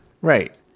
right